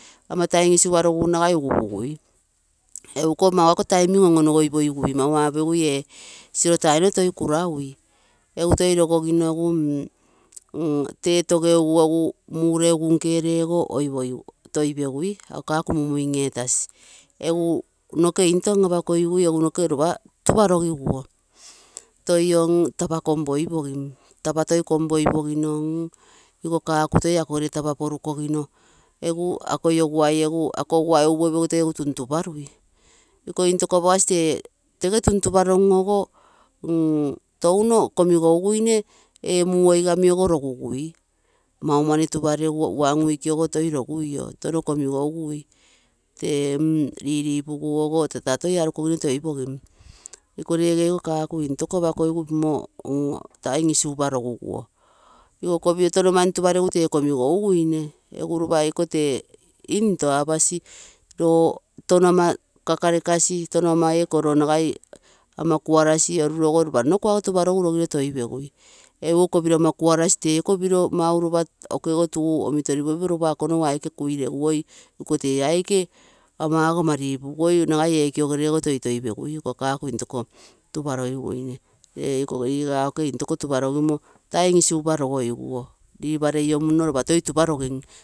Time isigupa nagai ugupugui eguko mau ako time on-onogoipagigui, apogigui ee siro tainoro toi kuraui, egu toi rogogino egu tee togeugu, mureugu nkerego oipogigigui toipegui, ako kaku muming etasi egu noke into an-apakogigui, noke ropa tuparoguo, toio, tapa kompoi pogim, tapa, toi kompoipogino, ako toi akogere tapa porukogino egu ako oguai upuoipogigu toi egu tuntuparui, iko intoko apagasi tee tee tuntuparom ogo touno. Touno komigouguine, ee muu oigami ogo rogugui, maumani tuparegu one wee ogo rogugui, tono komigougu tee riripugu ogo tata toi arukogino toipogim iko reege iko kaaku into apakogigu time isigupa rogui iko kopiro tonomani tuparegu tee komigouguine, egu ropa iko tee into apasi, roo tono ama kakarekasi tono ama ee koro nagai ama kuarasi lorulogo nagai ropa kuago tuparorogu rogiro toi pegui, egu iko kopiro ama kuarasi teiko mauropa tuu ogo omitoroguine lopa ako nogu aike kui reguoi, nagai ekio gerego toitoipegui, iko kaku intoko apagasi, tuntuparogiguine ree iko riga kaku intoko tuparogim o time isigupa rogogiguo liparei lo munno ropa toi tuparogim.